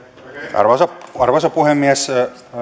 arvoisa arvoisa puhemies